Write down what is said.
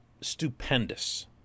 stupendous